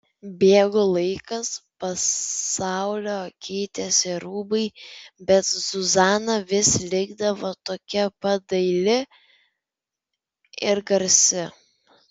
bėgo laikas pasaulio keitėsi rūbai bet zuzana vis likdavo tokia pat daili ir garsi